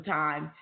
time